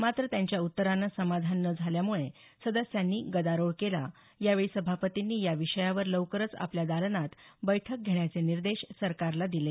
मात्र त्यांच्या उत्तरानं समाधान न झाल्यामुळे सदस्यांनी गदारोळ केला यावेळी सभापतींनी या विषयावर लवकरच आपल्या दालनात बैठक घेण्याचे निर्देश सरकारला दिले